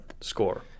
score